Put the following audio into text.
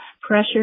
pressure